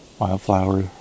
wildflower